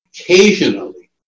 occasionally